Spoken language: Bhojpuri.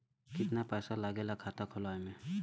कितना पैसा लागेला खाता खोलवावे में?